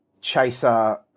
chaser